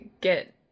get